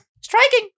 striking